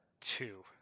two